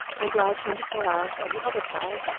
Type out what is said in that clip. and lie twenty-four hours on the other side.